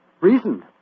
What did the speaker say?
Reason